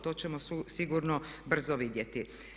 To ćemo sigurno brzo vidjeti.